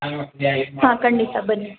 ಹಾಂ ಖಂಡಿತಾ ಬನ್ನಿ